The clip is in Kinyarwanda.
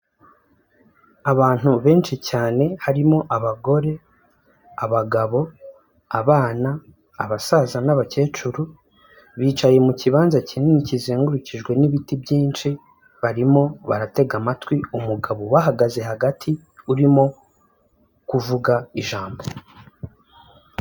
Abantu benshi cyane harimo abagore, abagabo, abana, abasaza n'abakecuru bicaye mu kibanza kinini kizengurukijwe n'ibiti byinshi, barimo baratega amatwi umugabo ubahagaze hagati urimo kuvuga ijambo.